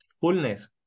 fullness